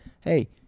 hey